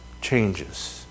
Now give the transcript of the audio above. changes